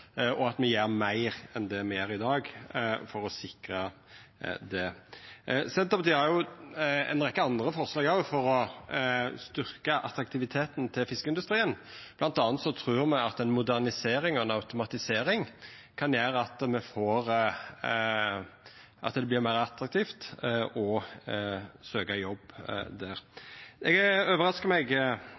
og arbeidsvilkår, og at me gjer meir enn det me gjer i dag for å sikra det. Senterpartiet har òg ei rekkje andre forslag for å styrkja attraktiviteten til fiskeindustrien, bl.a. trur me at ei modernisering og automatisering kan gjera at det vert meir attraktivt å søkja jobb der. Det overraskar meg